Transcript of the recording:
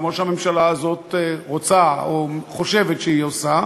כמו שהממשלה הזאת רוצה או חושבת שהיא עושה,